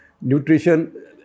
nutrition